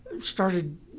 started